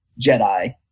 Jedi